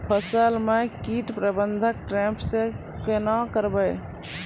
फसल म कीट प्रबंधन ट्रेप से केना करबै?